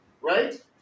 Right